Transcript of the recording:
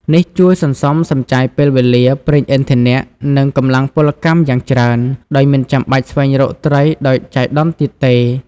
នេះជួយសន្សំសំចៃពេលវេលា ប្រេងឥន្ធនៈ និងកម្លាំងពលកម្មយ៉ាងច្រើន ដោយមិនចាំបាច់ស្វែងរកត្រីដោយចៃដន្យទៀតទេ។